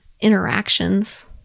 interactions